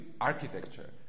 Architecture